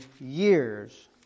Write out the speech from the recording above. years